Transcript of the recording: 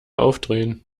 aufdrehen